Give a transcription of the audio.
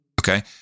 okay